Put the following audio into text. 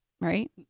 Right